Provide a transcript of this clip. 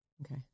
Okay